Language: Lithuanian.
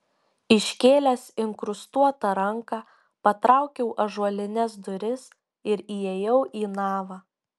iškėlęs inkrustuotą ranką patraukiau ąžuolines duris ir įėjau į navą